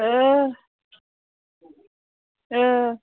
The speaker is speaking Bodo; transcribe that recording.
औ औ